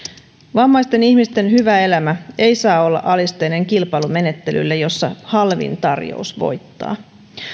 vammaisten ihmisten hyvä elämä ei saa olla alisteinen kilpailumenettelylle jossa halvin tarjous voittaa